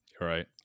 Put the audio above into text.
right